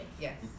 Yes